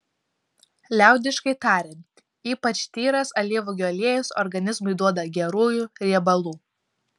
liaudiškai tariant ypač tyras alyvuogių aliejus organizmui duoda gerųjų riebalų